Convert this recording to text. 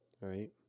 Right